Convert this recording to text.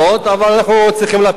אבל אנחנו צריכים להפיל אותן,